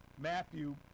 Matthew